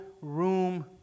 room